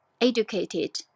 educated